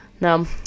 No